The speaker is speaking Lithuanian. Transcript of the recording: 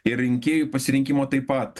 ir rinkėjų pasirinkimo taip pat